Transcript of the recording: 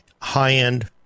high-end